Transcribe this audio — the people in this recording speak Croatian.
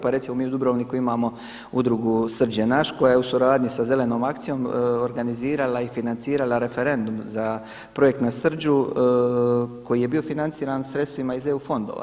Pa recimo mi u Dubrovniku imamo Udrugu SRđ je naš, koja je u suradnji sa Zelenom akcijom organizirala i financirala referendum za projekt na Srđu koji je bio financiran sredstvima iz eu fondova.